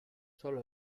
sólo